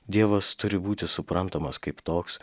dievas turi būti suprantamas kaip toks